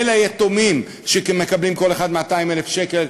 וליתומים שמקבלים כל אחד 200,000 שקל,